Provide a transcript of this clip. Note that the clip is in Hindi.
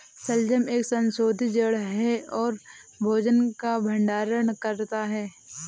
शलजम एक संशोधित जड़ है और भोजन का भंडारण करता है